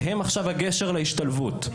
והם עכשיו הגשר להשתלבות.